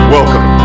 Welcome